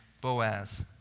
Boaz